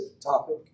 topic